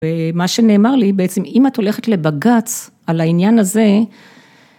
ומה שנאמר לי בעצם, אם את הולכת לבג"ץ על העניין הזה